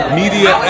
media